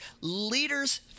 Leaders